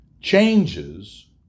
changes